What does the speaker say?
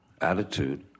attitude